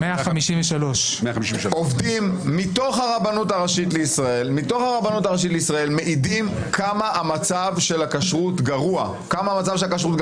153 עובדים מתוך הרבנות הראשית לישראל מעידים כמה המצב של הכשרות גרוע,